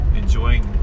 enjoying